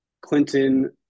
Clinton